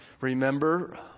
remember